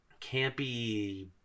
campy